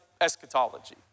eschatology